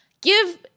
give